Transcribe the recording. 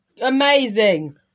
amazing